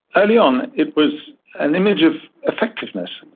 early on it was an image of effectiveness.